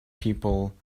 people